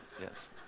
Yes